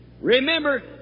Remember